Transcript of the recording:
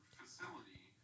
facility